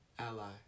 Ally